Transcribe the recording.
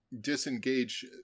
disengage